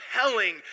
compelling